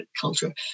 culture